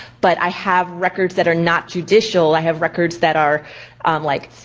but i have records that are not judicial. i have records that are like,